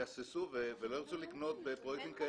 יהססו ולא ירצו לקנות בפרויקטים כאלה.